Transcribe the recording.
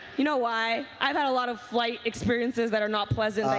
you know why? i've had a lot of flight experiences that are not pleasant.